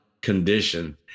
condition